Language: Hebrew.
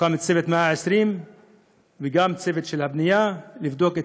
הוקם צוות ה-120 וגם צוות של הבנייה לבדוק את